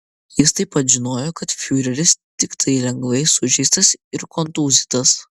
jis taip pat žinojo kad fiureris tiktai lengvai sužeistas ir kontūzytas